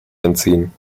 entziehen